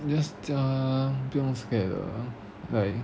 you just 叫她不用 scared 的 like